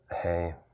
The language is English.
hey